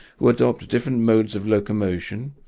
who adopt different modes of locomotion,